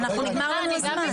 נגמר לנו הזמן.